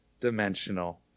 dimensional